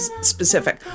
specific